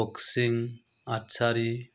boxing archery